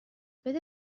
بده